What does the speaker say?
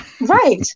Right